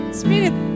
spirit